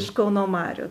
iš kauno marių